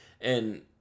and-